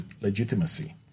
legitimacy